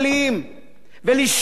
ולשכת ראש הממשלה,